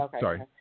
Sorry